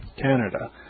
Canada